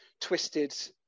twisted